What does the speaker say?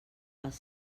als